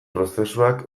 prozesuak